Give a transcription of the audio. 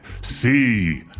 See